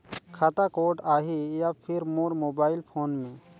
खाता कोड आही या फिर मोर मोबाइल फोन मे?